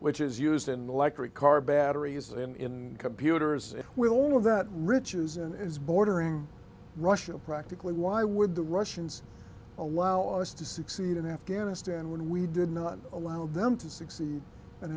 which is used in the electric car batteries in computers and we all know that riches and is bordering russia practically why would the russians allow us to succeed in afghanistan when we did not allow them to succeed